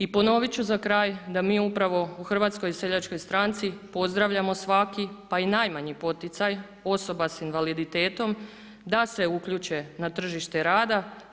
I ponoviti ću za kraj da mi upravo u HSS-u pozdravljamo svaki pa i najmanji poticaj osoba sa invaliditetom da se uključe na tržište rada.